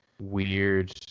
weird